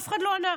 ואף אחד לא ענה.